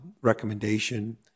recommendation